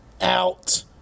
out